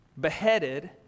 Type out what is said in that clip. beheaded